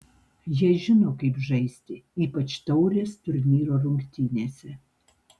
jie žino kaip žaisti ypač taurės turnyro rungtynėse